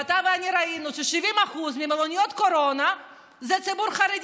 ואתה ואני ראינו ש-70% ממלוניות קורונה זה הציבור החרדי.